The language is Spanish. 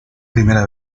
primera